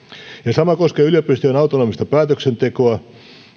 sama koskee yliopistojen autonomista päätöksentekoa